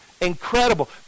Incredible